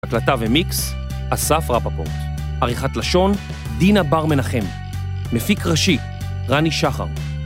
הקלטה ומיקס, אסף רפפורט, עריכת לשון, דינה בר מנחם, מפיק ראשי, רני שחר.